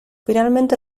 finalmente